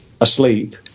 asleep